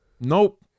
nope